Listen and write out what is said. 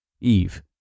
Eve